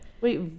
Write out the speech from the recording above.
Wait